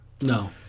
No